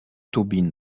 tobin